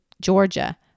Georgia